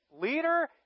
leader